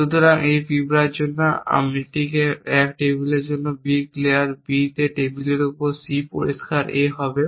সুতরাং এই পিঁপড়ার জন্য এটিকে 1 টেবিলের জন্য b ক্লিয়ার b তে টেবিলের উপর c এ পরিষ্কার a হবে